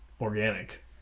organic